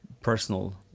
personal